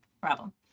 problem